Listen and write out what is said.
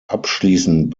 abschließend